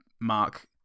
Mark